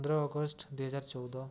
ପନ୍ଦର ଅଗଷ୍ଟ ଦୁଇ ହଜାର ଚଉଦ